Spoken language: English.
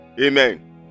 Amen